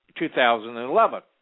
2011